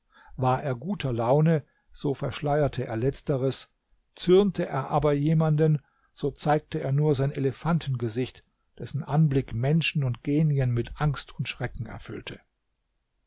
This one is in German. war er guter laune so verschleierte er letzteres zürnte er aber jemanden so zeigte er nur sein elefantengesicht dessen anblick menschen und genien mit angst und schrecken erfüllte